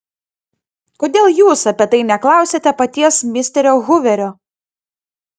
kodėl jūs apie tai neklausiate paties misterio huverio